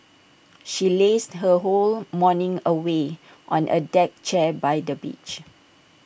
she lazed her whole morning away on A deck chair by the beach